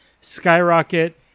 skyrocket